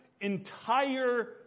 entire